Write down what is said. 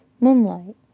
moonlight